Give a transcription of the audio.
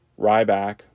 Ryback